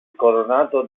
coronato